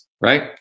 right